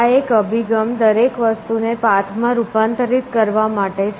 આ એક અભિગમ દરેક વસ્તુને પાથ માં રૂપાંતરિત કરવા માટે છે